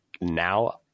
now